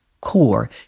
core